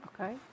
Okay